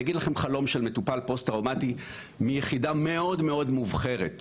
אני אגיד לכם חלום של מטופל פוסט-טראומטי מיחידה מאוד מאוד מובחרת,